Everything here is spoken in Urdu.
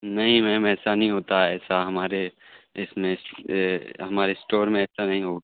نہیں میم ایسا نہیں ہوتا ایسا ہمارے اس میں ہمارے اسٹور میں ایسا نہیں ہو